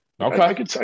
Okay